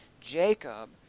Jacob